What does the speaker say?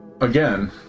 again